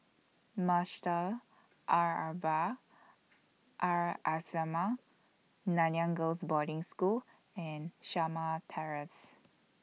Madrasah Al Arabiah Al Islamiah Nanyang Girls' Boarding School and Shamah Terrace